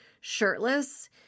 shirtless